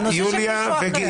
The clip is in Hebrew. זה של מישהו אחר.